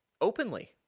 openly